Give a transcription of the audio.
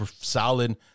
solid